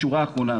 בשורה האחרונה,